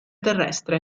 terrestre